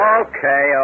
okay